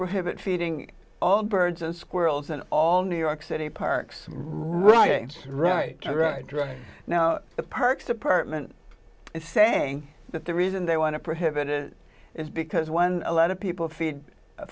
prohibit feeding all birds and squirrels and all new york city parks right right right right now the parks department is saying that the reason they want to prohibit it is because when a lot of people feed